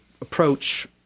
approach